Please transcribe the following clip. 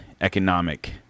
economic